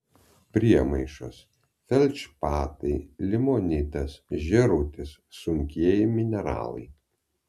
priemaišos feldšpatai limonitas žėrutis sunkieji mineralai